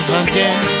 again